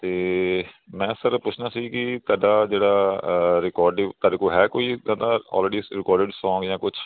ਅਤੇ ਮੈਂ ਸਰ ਪੁੱਛਣਾ ਸੀ ਕਿ ਤੁਹਾਡਾ ਜਿਹੜਾ ਰਿਕੋਡੀਵ ਤੁਹਾਡੇ ਕੋਲ ਹੈ ਕੋਈ ਇੱਦਾਂ ਦਾ ਅੋਲਰੇਡੀ ਰਿਕੋਡਿਡ ਸੌਂਗ ਜਾਂ ਕੁਛ